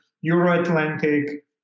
Euro-Atlantic